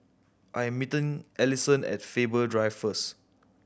I am meeting Ellison at Faber Drive first